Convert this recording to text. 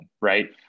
Right